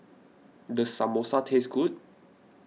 does Samosa taste good